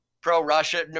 Pro-Russia